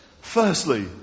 Firstly